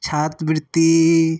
छात्रवृत्ति